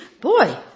boy